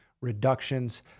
reductions